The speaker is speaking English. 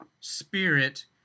spirit